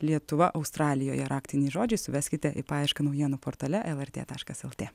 lietuva australijoje raktiniais žodžiais veskite į paiešką naujienų portale lrt taškas lt